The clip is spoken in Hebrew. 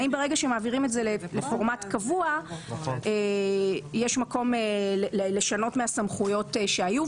האם ברגע שמעבירים את זה לפורמט קבוע יש מקום לשנות מהסמכויות שהיו?